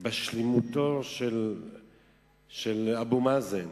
בשלמותו של אבו מאזן,